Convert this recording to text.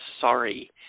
sorry